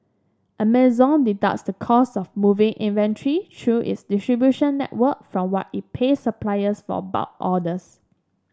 Amazon deducts the cost of moving inventory through its distribution network from what it pays suppliers for bulk orders